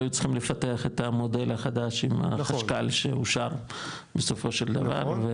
היו צריכים לפתח את המודל החדש עם המשקל שאושר בסופו של דבר.